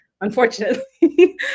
Unfortunately